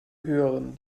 höheren